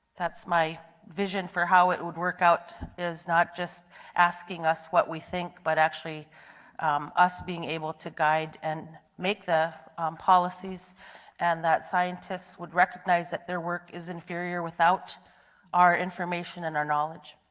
my vision for how it would work out, is not just asking us what we think, but actually us being able to guide and make the policies and that scientists would recognize that their work is inferior without our information and our knowledge.